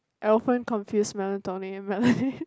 I often confuse melatonin and melanin